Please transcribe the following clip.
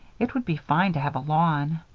it would be fine to have a lawn.